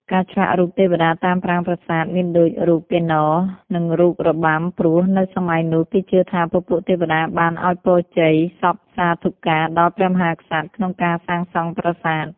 ការឆ្លាក់រូបទេវតាតាមប្រាង្គប្រាសាទមានដូចរូបកិន្នរ និងរូបរបាំព្រោះនៅសម័យនោះគេជឿថាពពួកទេវតាបានឲ្យពរជ័យសព្ទសាធុកាដល់ព្រះមហាក្សត្រក្នុងការសាងសង់ប្រាសាទ។